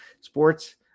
sports